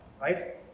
right